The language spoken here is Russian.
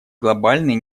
глобальный